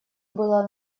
было